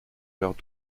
leurs